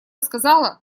сказала